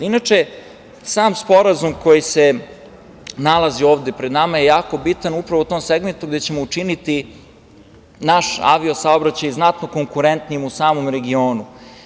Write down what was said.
Inače, sam Sporazum koji se nalazi ovde pred nama je jako bitan upravo u tom segmentu gde ćemo učiniti naš avio-saobraćaj znatno konkurentnijim u samom regionu.